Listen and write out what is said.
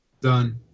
Done